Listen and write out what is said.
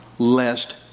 lest